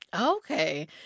Okay